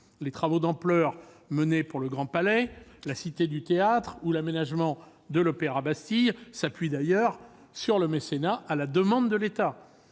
Les travaux d'ampleur menés pour le Grand Palais, la Cité du théâtre ou l'aménagement de l'Opéra Bastille s'appuient d'ailleurs sur le mécénat à la demande de l'État.